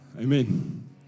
Amen